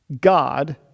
God